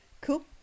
cool